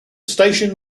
station